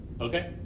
Okay